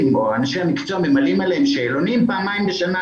או אנשי המקצוע ממלאים עליהם שאלונים פעמיים בשנה,